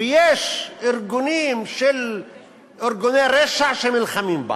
ויש ארגוני רשע שנלחמים בה.